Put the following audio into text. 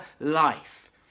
life